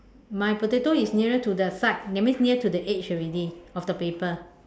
my potato is nearer to the side that means near to the edge already of the paper